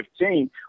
2015